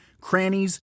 crannies